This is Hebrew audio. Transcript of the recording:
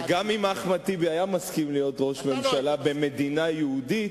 וגם אם אחמד טיבי יסכים להיות ראש ממשלה במדינה יהודית,